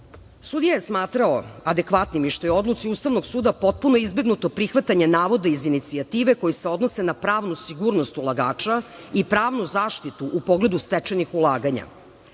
uredbe. Sudija je smatrao adekvatnim i što je u odluci Ustavnog suda potpuno izbegnuto prihvatanje, navodno iz inicijative, koji se odnosi na pravnu sigurnost ulagača i pravnu zaštitu u pogledu stečenih ulaganja. Uveren